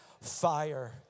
fire